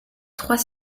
trois